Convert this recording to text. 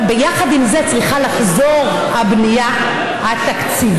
אבל יחד עם זה צריכה לחזור הבנייה התקציבית,